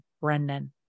Brendan